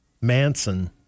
Manson